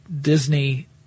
Disney